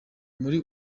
muri